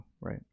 Right